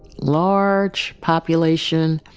large population